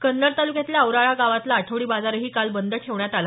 कन्नड तालुक्यातला औराळा गावातला आठवडी बाजारही काल बंद ठेवण्यात आला